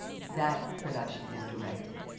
that production is directed.